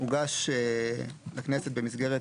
הוגש לכנסת במסגרת